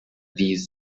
these